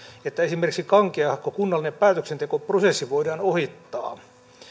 että esimerkiksi kankeahko kunnallinen päätöksentekoprosessi voidaan ohittaa